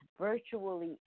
virtually